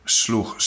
sloeg